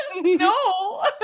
No